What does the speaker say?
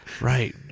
Right